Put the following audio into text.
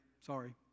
sorry